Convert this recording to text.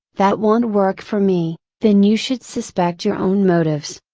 that won't work for me, then you should suspect your own motives.